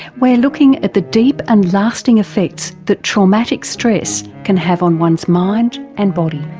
we're looking at the deep and lasting effects that traumatic stress can have on one's mind and body.